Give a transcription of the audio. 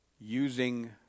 using